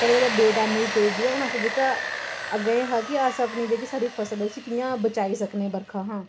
कदें कदें बे टैमें बी पेई दी हून अस जेह्का अग्गें एह् हा कि अस अपनी जेह्की साढ़ी फसल उसी कि'यां बचाई सकने बरखा हा